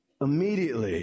Immediately